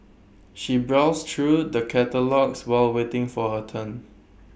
she browsed through the catalogues while waiting for her turn